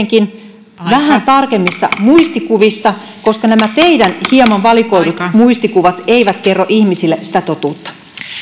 salissa kuitenkin vähän tarkemmissa muistikuvissa koska nämä teidän hieman valikoidut muistikuvanne eivät kerro ihmisille totuutta